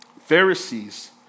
Pharisees